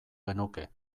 genuke